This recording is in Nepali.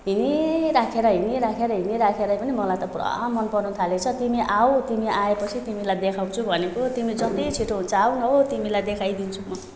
हिँडिराखेर हिँडिराखेर हिँडिराखेरै पनि मलाई त पुरा मन पर्न थालेको छ तिमी आऊ तिमी आएपछि तिमीलाई देखाउँछु भनेको तिमी जति छिटो हुन्छ आउन हौ तिमीलाई देखाइदिन्छु म